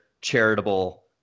charitable